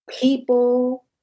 people